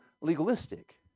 legalistic